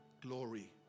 glory